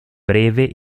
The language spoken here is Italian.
breve